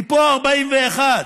מפה ה-41: